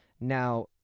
Now